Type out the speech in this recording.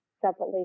separately